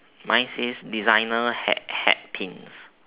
mine says designer hat hat pins